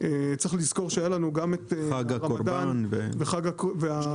צריך לזכור שהיה לנו גם את חג הקורבן וחג --.